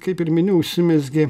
kaip ir minėjau užsimezgė